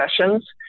sessions